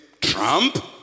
Trump